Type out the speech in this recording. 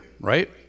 right